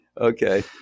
okay